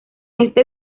este